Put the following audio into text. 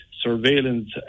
surveillance